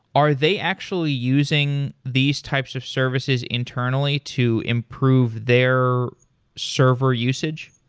are they actually using these types of services internally to improve their server usage?